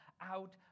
out